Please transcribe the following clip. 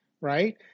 right